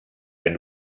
wenn